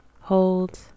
hold